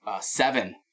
Seven